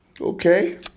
okay